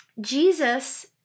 Jesus